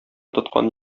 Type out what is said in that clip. тоткан